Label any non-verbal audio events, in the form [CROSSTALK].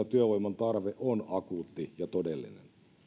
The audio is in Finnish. [UNINTELLIGIBLE] työvoiman tarve on akuutti ja todellinen